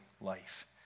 life